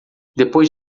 depois